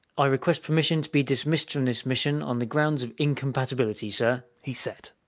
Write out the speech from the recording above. i request permission to be dismissed from this mission on the grounds of incompatibility, sir, he said.